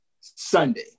Sunday